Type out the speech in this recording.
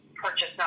Purchase